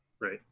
Right